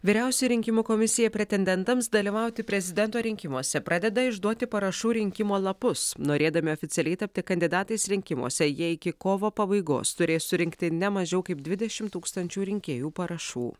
vyriausioji rinkimų komisija pretendentams dalyvauti prezidento rinkimuose pradeda išduoti parašų rinkimo lapus norėdami oficialiai tapti kandidatais rinkimuose jie iki kovo pabaigos turės surinkti ne mažiau kaip dvidešimt tūkstančių rinkėjų parašų